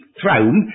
throne